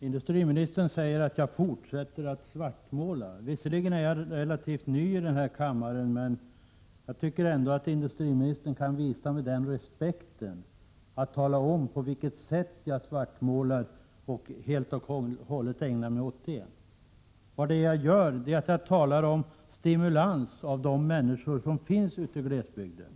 Herr talman! Industriministern säger att jag fortsätter att svartmåla. Visserligen är jag relativt ny i kammaren, men jag tycker ändå att industriministern kan visa mig den respekten att tala om på vilket sätt jag helt och hållet ägnar mig åt att svartmåla. Vad jag gör är att jag talar om stimulans för de människor som finns ute i glesbygden.